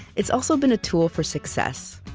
it's also been a tool for success.